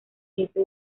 jefe